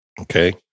okay